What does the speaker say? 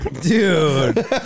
Dude